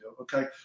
Okay